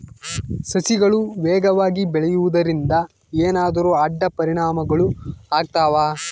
ಸಸಿಗಳು ವೇಗವಾಗಿ ಬೆಳೆಯುವದರಿಂದ ಏನಾದರೂ ಅಡ್ಡ ಪರಿಣಾಮಗಳು ಆಗ್ತವಾ?